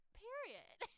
period